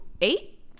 eight